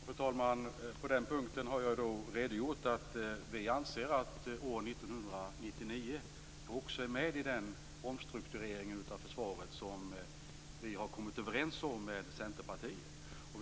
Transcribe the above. Fru talman! På den punkten har jag redogjort att vi anser att år 1999 också är med i den omstrukturering av försvaret som vi har kommit överens om med Centerpartiet.